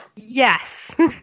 Yes